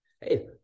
Hey